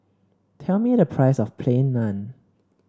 tell me the price of Plain Naan